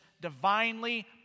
divinely